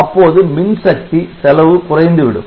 அப்போது மின்சக்தி செலவு குறைந்துவிடும்